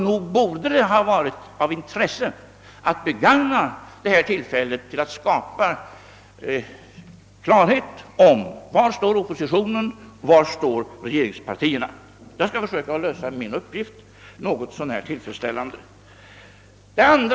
Nog borde det ha varit av intresse att begagna detta tillfälle till att skapa klarhet om var oppositionen står. Jag skall försöka lösa min uppgift något så när tillfredsställande och ange var regeringspartiet står.